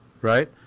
right